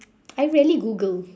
I rarely google